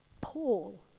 Paul